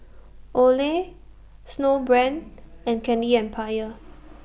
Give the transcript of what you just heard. Olay Snowbrand and Candy Empire